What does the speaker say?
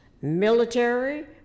military